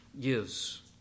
gives